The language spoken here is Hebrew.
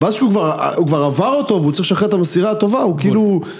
ואז שהוא כבר, הוא כבר עבר אותו, והוא צריך לשחרר את המסירה הטובה, הוא כאילו...